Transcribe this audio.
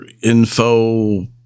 info